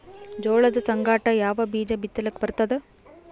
ಜೋಳದ ಸಂಗಾಟ ಯಾವ ಬೀಜಾ ಬಿತಲಿಕ್ಕ ಬರ್ತಾದ?